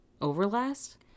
overlast